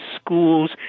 schools